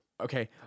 Okay